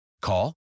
Call